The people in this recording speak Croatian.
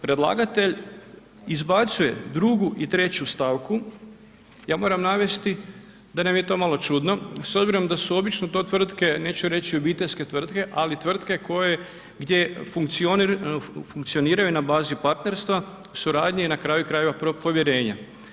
Predlagatelj izbacuje 2. i 3. stavku, ja moram navesti da nam je to malo čudno s obzirom da su obično to tvrtke, neću reći obiteljske tvrtke, ali tvrtke koje gdje funkcioniraju na bazi partnerstva, suradnje i na kraju krajeva, povjerenja.